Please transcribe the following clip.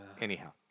Anyhow